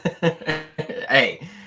Hey